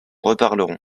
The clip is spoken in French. reparlerons